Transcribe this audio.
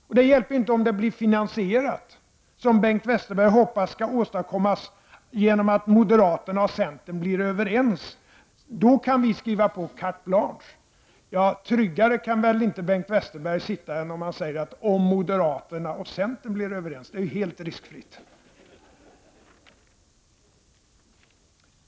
Och det hjälper inte om finansieringen, som Bengt Westerberg hoppas, skall åstadkommas genom att moderaterna och centern blir överens — ”då kan vi ge carte blanche”. Ja, tryggare kan väl inte Bengt Westerberg sitta än när han säger ”om moderaterna och centern blir överens”. Det är ju helt riskfritt.